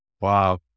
Wow